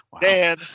Dan